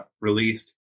released